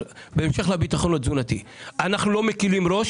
בהמשך למה שנאמר לגבי הביטחון התזונתי אני אומר שאנחנו לא מקלים ראש